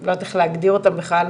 לא יודעת איך להגדיר אותם בכלל,